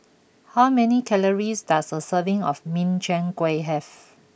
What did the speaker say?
how many calories does a serving of Min Chiang Kueh have